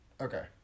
Okay